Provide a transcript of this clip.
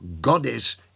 goddess